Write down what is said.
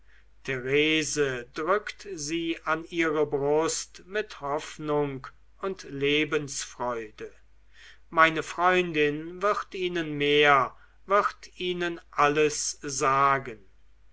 therese drückt sie an ihre brust mit hoffnung und lebensfreude meine freundin wird ihnen mehr wird ihnen alles sagen